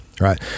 Right